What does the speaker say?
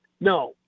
No